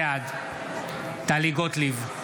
בעד טלי גוטליב,